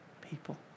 people